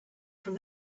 from